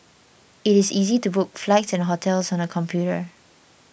it is easy to book flights and hotels on the computer